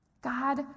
God